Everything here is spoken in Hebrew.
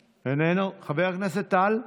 חבר הכנסת טל,